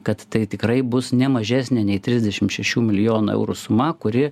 kad tai tikrai bus ne mažesnė nei trisdešimt šešių milijonų eurų suma kuri